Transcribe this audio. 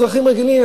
אזרחים רגילים,